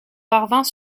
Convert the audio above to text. parvint